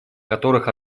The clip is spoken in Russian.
которых